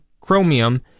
chromium